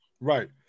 Right